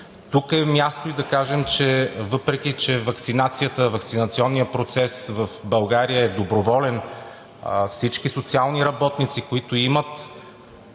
Тук е мястото да кажем, че въпреки че ваксинацията, ваксинационният процес в България е доброволен, всички социални работници, които имат